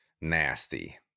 Nasty